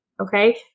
Okay